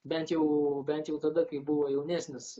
bent jau bent jau tada kai buvo jaunesnis